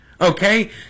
Okay